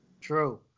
True